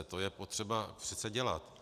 To je potřeba přece dělat.